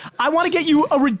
i want to get you a,